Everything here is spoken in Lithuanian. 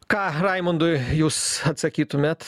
ką raimundui jūs atsakytumėt